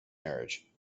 marriage